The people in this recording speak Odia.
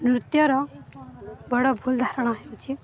ନୃତ୍ୟର ବଡ଼ ଭୁଲ୍ ଧାରଣା ହେଉଛି